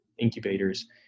incubators